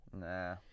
Nah